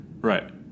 Right